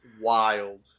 wild